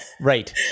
Right